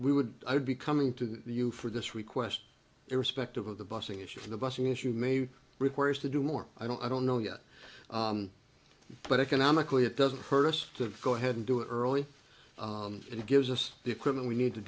we would i would be coming to you for this request irrespective of the busing issue for the busing issue may require us to do more i don't i don't know yet but economically it doesn't hurt us to go ahead and do it early and gives us the equipment we need to